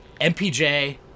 MPJ